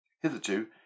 Hitherto